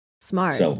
smart